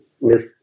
Miss